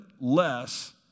less